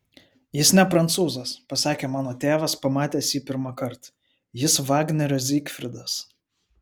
jis ne prancūzas pasakė mano tėvas pamatęs jį pirmąkart jis vagnerio zygfridas